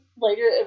later